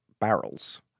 barrels